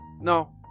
No